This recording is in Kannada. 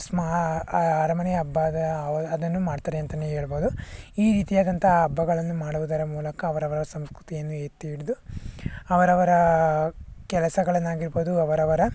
ಸ್ಮಾ ಅರಮನೆ ಹಬ್ಬ ಅದು ಅದನ್ನು ಮಾಡ್ತಾರೆ ಅಂತಲೇ ಹೇಳ್ಬೋದು ಈ ರೀತಿಯಾದಂತಹ ಹಬ್ಬಗಳನ್ನು ಮಾಡುವುದರ ಮೂಲಕ ಅವರವರ ಸಂಸ್ಕೃತಿಯನ್ನು ಎತ್ತಿ ಹಿಡಿದು ಅವರವರ ಕೆಲಸಗಳನ್ನಾಗಿರ್ಬೋದು ಅವರವರ